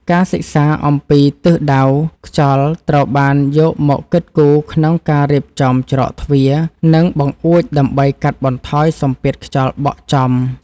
ការសិក្សាអំពីទិសដៅខ្យល់ត្រូវបានយកមកគិតគូរក្នុងការរៀបចំច្រកទ្វារ និង បង្អួចដើម្បីកាត់បន្ថយសម្ពាធខ្យល់បក់ចំ។